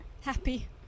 Happy